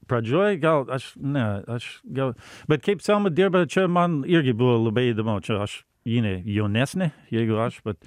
pradžioj gal aš ne aš gal bet kaip selma dirba čia man irgi buvo labai įdomu čia aš ji ne jaunesnė jeigu aš vat